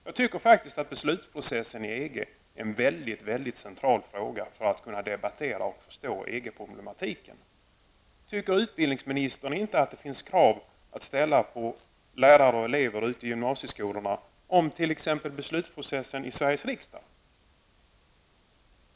Jag tycker att beslutsprocessen i EG är en väldigt central fråga för att man skall kunna förstå och debattera EG-problematiken. Anser utbildningsministern inte att man kan ställa krav på lärare och elever i gymnasieskolorna om t.ex. att studera beslutsprocessen i Sveriges riksdag?